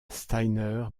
steiner